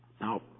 Now